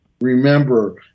remember